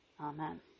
Amen